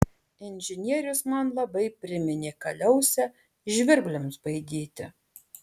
inžinierius man labai priminė kaliausę žvirbliams baidyti